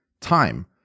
time